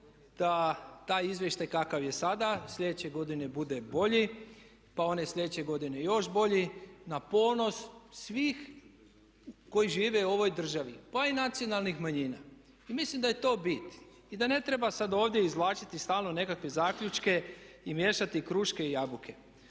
da taj izvještaj kakav je sada sljedeće godine bude bolji pa one sljedeće godine još bolji na ponos svih koji žive u ovoj državi pa i nacionalnih manjina. I mislim da je to bit i da ne treba sad ovdje izvlačiti stalno nekakve zaključke i miješati kruške i jabuke.